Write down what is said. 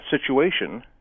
situation